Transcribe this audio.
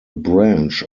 branch